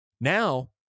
Now